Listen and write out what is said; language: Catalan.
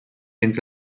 dins